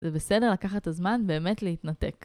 זה בסדר לקחת את הזמן באמת להתנתק.